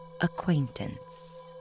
acquaintance